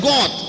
God